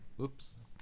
Oops